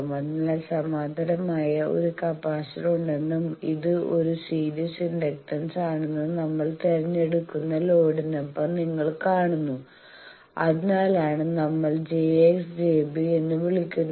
അതിനാൽ സമാന്തരമായി ഒരു കപ്പാസിറ്റർ ഉണ്ടെന്നും ഇത് ഒരു സീരീസ് ഇൻഡക്ടൻസാണെന്നും നമ്മൾ തിരഞ്ഞെടുക്കുന്ന ലോഡിനൊപ്പം നിങ്ങൾ കാണുന്നു അതിനാലാണ് നമ്മൾ jX jB എന്ന് വിളിക്കുന്നത്